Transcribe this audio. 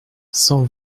cent